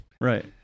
Right